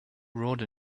brought